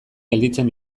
gelditzen